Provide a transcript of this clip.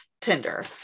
tinder